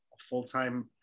full-time